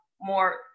more